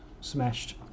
smashed